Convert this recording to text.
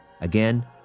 again